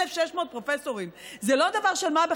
1,600 פרופסורים, זה לא דבר של מה בכך,